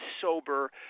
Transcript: sober